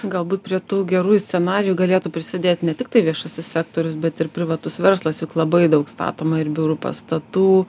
galbūt prie tų gerųjų scenarijų galėtų prisidėt ne tiktai viešasis sektorius bet ir privatus verslas juk labai daug statoma ir biurų pastatų